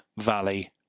Valley